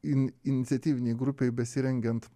in iniciatyvinėj grupėj besirengiant